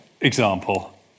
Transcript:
example